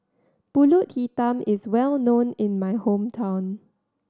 Pulut Hitam is well known in my hometown